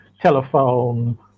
telephone